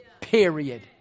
Period